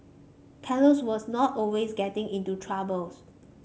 Carlos was not always getting into troubles